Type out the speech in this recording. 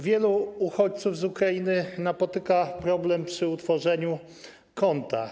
Wielu uchodźców z Ukrainy napotyka problem przy tworzeniu konta.